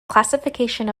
classification